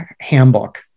handbook